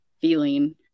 feeling